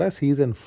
season